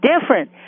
different